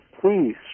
please